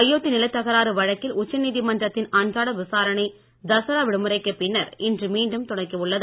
அயோத்தி நிலத் தகராறு வழக்கில் உச்சநீதிமன்றத்தின் அன்றாட விசாரணை தசரா விடுமுறைக்கு பின்னர் இன்று மீண்டும் தொடங்கி உள்ளது